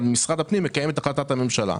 אלא משרד הפנים מקיים את החלטת הממשלה.